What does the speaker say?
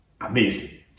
Amazing